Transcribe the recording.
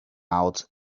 out